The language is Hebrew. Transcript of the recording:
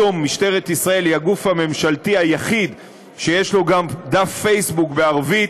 היום משטרת ישראל היא הגוף הממשלתי היחיד שיש לו גם דף פייסבוק בערבית,